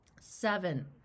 seven